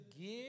give